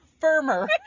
firmer